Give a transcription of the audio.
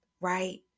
right